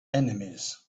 enemies